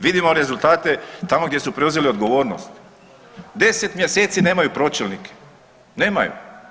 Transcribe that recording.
Vidimo rezultate tamo gdje su preuzeli odgovornost, 10 mjeseci nemaju pročelnike, nemaju.